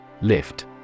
Lift